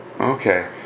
okay